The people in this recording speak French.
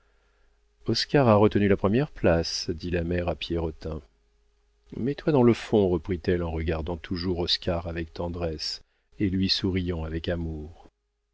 oscar a retenu la première place dit la mère à pierrotin mets-toi dans le fond reprit-elle en regardant toujours oscar avec tendresse et lui souriant avec amour